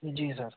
जी sir